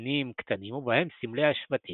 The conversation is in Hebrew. מגנים קטנים ובהם סמלי השבטים